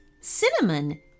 Cinnamon